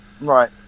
right